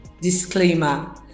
disclaimer